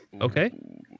okay